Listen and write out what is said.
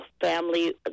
family